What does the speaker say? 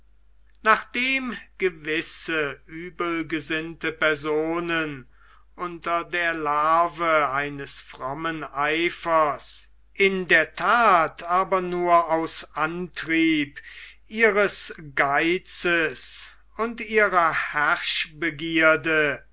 nachdem gewisse übelgesinnte personen unter der larve eines frommen eifers in der that aber nur aus antrieb ihres geizes und ihrer